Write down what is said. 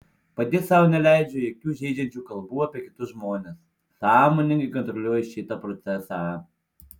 pati sau neleidžiu jokių žeidžiančių kalbų apie kitus žmones sąmoningai kontroliuoju šitą procesą